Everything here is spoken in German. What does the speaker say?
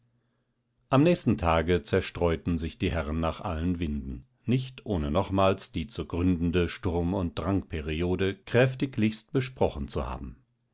am nächsten tage zerstreuten sich die herren nach allen winden nicht ohne nochmals die zu gründende sturm und drangperiode kräftiglichst besprochen zu haben